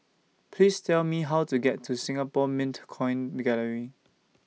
Please Tell Me How to get to Singapore Mint Coin Gallery